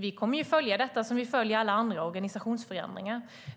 Vi kommer att följa detta precis som vi följer alla andra organisationsförändringar.